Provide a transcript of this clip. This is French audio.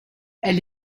elle